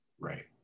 right